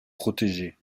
protégés